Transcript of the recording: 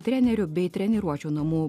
treneriu bei treniruočių namų